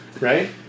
Right